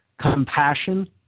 compassion